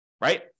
Right